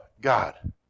God